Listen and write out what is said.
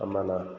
ஆமாண்ணா